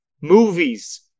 movies